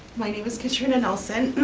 my name is katrina nelson.